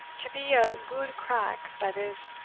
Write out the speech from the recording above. to be a gude crack, that is,